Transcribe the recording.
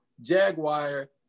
Jaguar